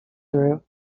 through